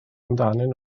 amdanyn